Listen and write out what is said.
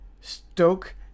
Stoke